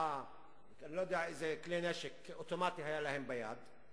אני לא יודע איזה כלי נשק אוטומטי היה להם ביד,